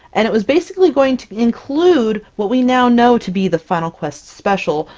and it was basically going to include what we now know to be the final quest special,